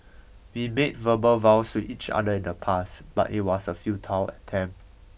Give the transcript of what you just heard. we made verbal vows to each other in the past but it was a futile attempt